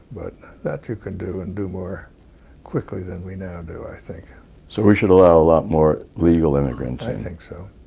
but that you can do and do more quickly than we now do, i think. so we should allow a lot more legal immigrants in? i think so.